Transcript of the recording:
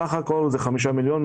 סך הכול 5 מיליון,